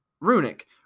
Runic